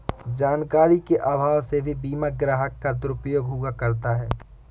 जानकारी के अभाव में भी बीमा ग्राहक का दुरुपयोग हुआ करता है